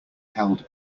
held